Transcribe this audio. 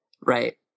right